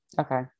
okay